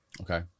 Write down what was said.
Okay